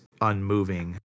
unmoving